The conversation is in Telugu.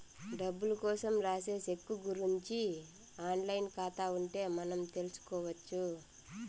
డబ్బులు కోసం రాసే సెక్కు గురుంచి ఆన్ లైన్ ఖాతా ఉంటే మనం తెల్సుకొచ్చు